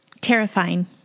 Terrifying